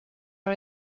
are